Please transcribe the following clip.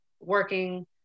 working